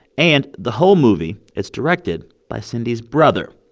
and the whole movie is directed by cindy's brother,